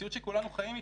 מציאות שכולנו חיים אתה.